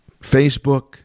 Facebook